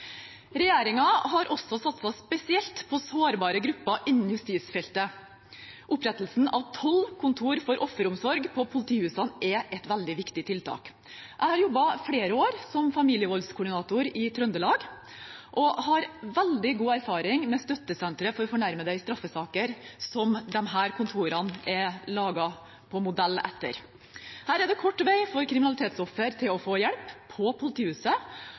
har også satset spesielt på sårbare grupper innen justisfeltet. Opprettelsen av tolv kontorer for offeromsorg på politihusene er et veldig viktig tiltak. Jeg har jobbet flere år som familievoldskoordinator i Trøndelag og har veldig god erfaring med støttesenteret for fornærmede i straffesaker, som disse kontorene er laget på modell etter. Her er det kort vei for kriminalitetsoffer til å få hjelp på politihuset,